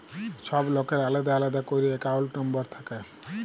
ছব লকের আলেদা আলেদা ক্যইরে একাউল্ট লম্বর থ্যাকে